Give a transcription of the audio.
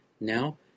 Now